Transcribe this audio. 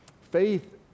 Faith